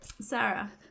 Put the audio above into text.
sarah